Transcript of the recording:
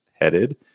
headed